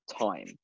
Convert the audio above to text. time